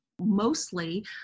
mostly